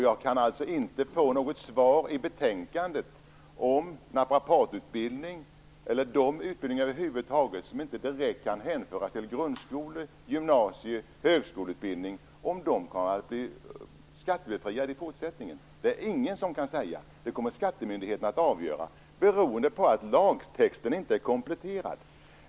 Jag kan alltså inte få något svar i betänkandet om naprapatutbildning eller de utbildningar som inte direkt kan hänföras till grundskole-, gymnasie eller högskoleutbildning skall bli skattebefriade i fortsättningen. Det är ingen som kan säga det. Skattemyndigheterna kommer att avgöra det, beroende på att lagtexten inte är kompletterad.